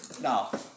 Now